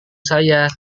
saya